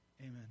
amen